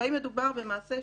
והאם מדובר במעשה שלטוני-חוקתי?